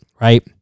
right